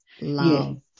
Love